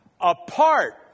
apart